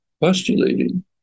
postulating